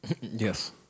yes